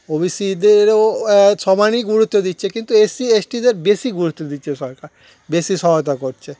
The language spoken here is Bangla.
ওবিসিদেরও সবারই গুরুত্ব দিচ্ছে কিন্তু এসসি এস টিদের বেশি গুরুত্ব দিচ্ছে সরকার বেশি সহায়তা করছে